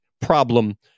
problem